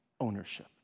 ownership